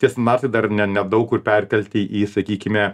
tie standartai dar ne nedaug kur perkelti į sakykime